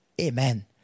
Amen